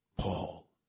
Paul